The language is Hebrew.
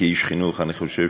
וכאיש חינוך אני חושב